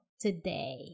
today